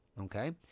okay